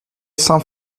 some